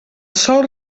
sòl